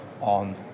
on